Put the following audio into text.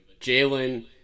Jalen